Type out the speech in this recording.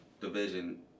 division